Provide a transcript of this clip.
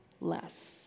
less